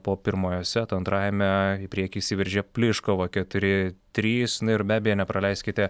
po pirmojo seto antrajame į priekį išsiveržė pliškova keturi trys ir be abejo nepraleiskite